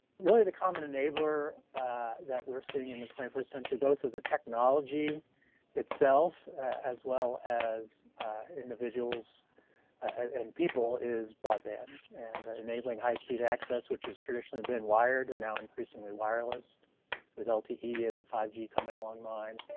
really, the common enabler that we're seeing in the twenty first century, both of the technology itself as well as individuals and people is broadband, and enabling high-speed access, which is traditionally been wired, and now increasingly wireless with ah lte ah and and five g coming online.